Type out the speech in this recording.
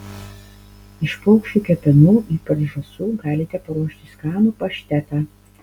iš paukščių kepenų ypač žąsų galite paruošti skanų paštetą